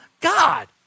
God